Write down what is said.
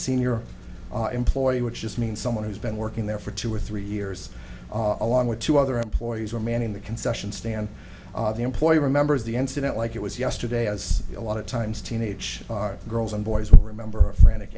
senior employee which just means someone has been working there for two or three years along with two other employees were manning the concession stand the employee remembers the incident like it was yesterday as a lot of times teenage girls and boys will remember her frantic